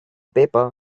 paper